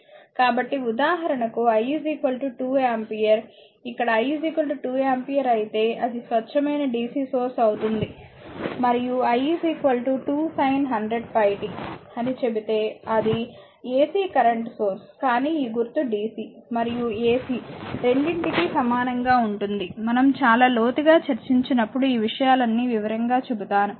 కాబట్టి ఉదాహరణకు i 2 ampere ఇక్కడ i 2 ఆంపియర్ అయితే అది స్వచ్ఛమైన dc సోర్స్ అవుతుంది మరియు i 2 sin 100 pi t అని చెబితే అది AC కరెంట్ సోర్స్ కానీ ఈ గుర్తు dc మరియు ac రెండింటికీ సమానంగా ఉంటుంది మనం చాలా లోతుగా చర్చించినప్పుడు ఈ విషయాలన్నీ వివరంగా చెబుతాను